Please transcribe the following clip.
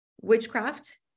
witchcraft